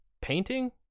painting